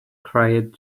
cried